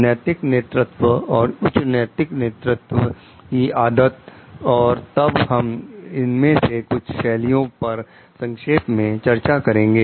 नैतिक नेतृत्व और उच्च नैतिक नेतृत्व की आदत एवं तब हम इनमें से कुछ शैलियों पर संक्षेप में चर्चा करेंगे